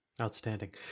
Outstanding